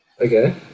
Okay